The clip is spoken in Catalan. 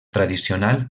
tradicional